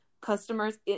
customers